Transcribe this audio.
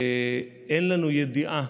אין לנו ידיעה